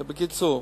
בקיצור,